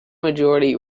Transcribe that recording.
majority